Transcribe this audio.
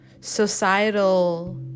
societal